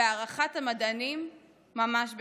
והערכת המדענים: ממש בקרוב.